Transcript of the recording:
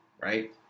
right